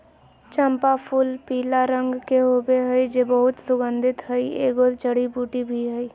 चम्पा फूलपीला रंग के होबे हइ जे बहुत सुगन्धित हइ, एगो जड़ी बूटी भी हइ